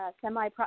semi